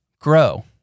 grow